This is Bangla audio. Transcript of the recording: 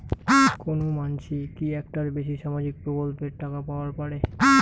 কোনো মানসি কি একটার বেশি সামাজিক প্রকল্পের টাকা পাবার পারে?